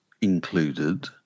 included